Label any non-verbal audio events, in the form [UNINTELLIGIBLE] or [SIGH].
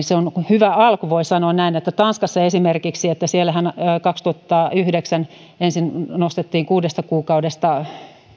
[UNINTELLIGIBLE] se on hyvä alku voi sanoa näin esimerkiksi tanskassa kaksituhattayhdeksän ensin nostettiin kuudesta kuukaudesta